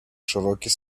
широкий